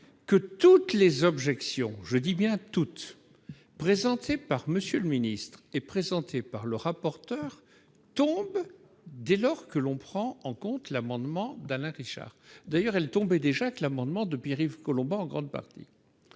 que toutes les objections, je dis bien toutes présenté par Monsieur le Ministre et présenté par le rapporteur tombe dès lors que l'on prend en compte l'amendement d'Alain Christ char d'ailleurs elle tombait déjà que l'amendement de Pierre-Yves Collombat, en grande partie,